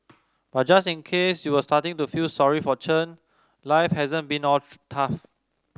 but just in case you were starting to feel sorry for Chen life hasn't been all tough